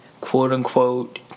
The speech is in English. quote-unquote